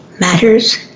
Matters